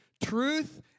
Truth